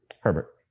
Herbert